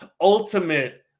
ultimate